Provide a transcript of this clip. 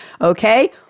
Okay